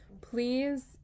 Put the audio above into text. please